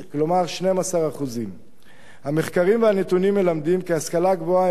כלומר 12%. המחקרים והנתונים מלמדים כי השכלה גבוהה היא אחד